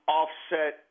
offset –